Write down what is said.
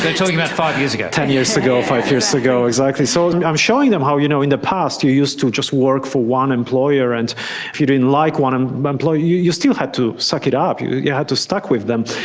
talking about five years ago. ten years ago, five years ago, exactly. so i'm showing them how you know in the past you used to just work for one employer, and if you didn't like one employer you you still had to suck it up, you yeah had to stick with them.